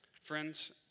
Friends